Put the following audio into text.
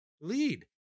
lead